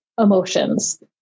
emotions